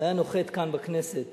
והיה נוחת כאן בכנסת